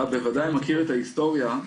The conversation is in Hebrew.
אתה בוודאי מכיר את ההיסטוריה,